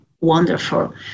wonderful